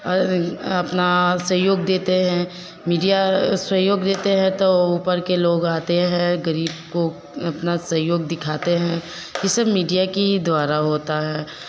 अपना सहयोग देते हैं मीडिया सहयोग देते हैं तो ऊपर के लोग आते हैं ग़रीब को अपना सहयोग दिखाते हैं ई सब मीडिया के ही द्वारा होता है